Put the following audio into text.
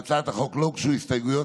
להצעת החוק לא הוגשו הסתייגויות,